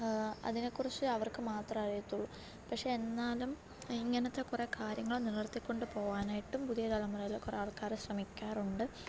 അതിനെക്കുറിച്ച് അവര്ക്കു മാത്ര അറിയത്തുള്ളു പക്ഷെ എന്നാലും ഇങ്ങനത്തെ കുറേ കാര്യങ്ങള് നിലനിര്ത്തിക്കൊണ്ട് പോകാനായിട്ടും പുതിയ തലമുറയില് കുറേ ആള്ക്കാർ ശ്രമിക്കാറുണ്ട്